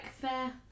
fair